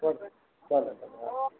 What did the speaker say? હા ચાલો ચાલો